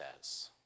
says